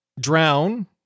drown